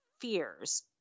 fears